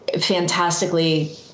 fantastically